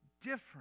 different